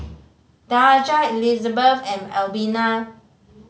Daja Elizebeth and Albina